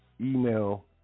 email